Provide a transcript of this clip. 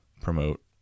promote